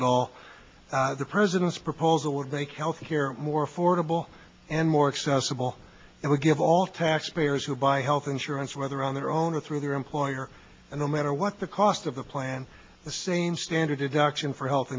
at all the president's proposal would make health care more affordable and more accessible and would give all taxpayers who buy health insurance whether on their own or through their employer and no matter what the cost of the plan the same standard deduction for health